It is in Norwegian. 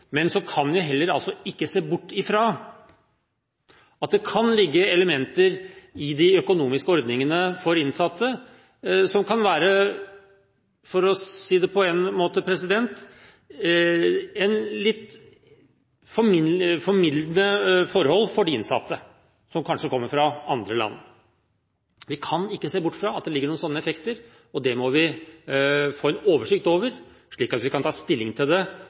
Men så kan vi heller ikke se bort fra at det kan ligge elementer i de økonomiske ordningene for de innsatte som kan være, for å si det slik, litt formildende forhold for de innsatte som kanskje kommer fra andre land. Vi kan ikke se bort fra at det her ligger noen slike effekter, og det må vi få en oversikt over, slik at vi kan ta stilling til det